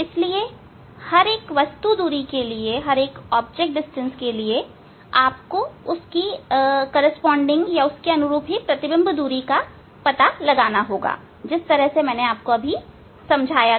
इसलिए हर एक वस्तु दूरी के लिए आपको उसकी प्रतिबिंब दूरी का पता लगाना होगा जिस तरीके से मैंने आपको वर्णित किया था